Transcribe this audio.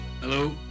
Hello